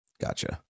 gotcha